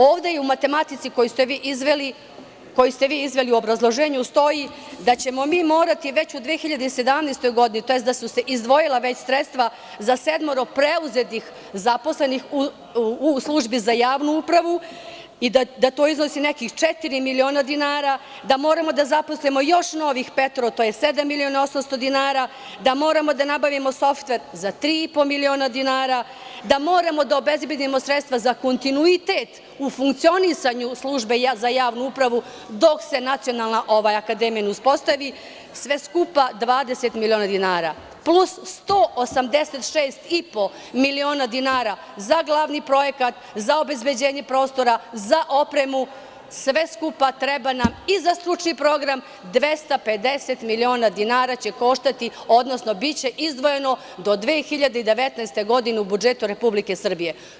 Ovde u matematici koju ste vi izveli u obrazloženju stoji da ćemo mi morati već u 2017. godini, tj. da su se izdvojila već sredstva za sedmoro preuzetih zaposlenih u Službi za javnu upravu i da to iznosi nekih četiri miliona dinara, da moramo da zaposlimo još novih petoro, to je sedam miliona i osam stotina dinara, da moramo da nabavimo softver za tri i po miliona dinara, da moramo da obezbedimo sredstva za kontinuitet u funkcionisanju službe za javnu upravu, dok se nacionalna akademija ne uspostavi, sve skupa 20 miliona dinara, plus 186 i po miliona dinara za glavni projekat, za obezbeđenje prostora, za opremu, sve skupa treba nam, i za stručni program, 250 miliona dinara će koštati, odnosno biće izdvojeno do 2019. godine u budžetu Republike Srbije.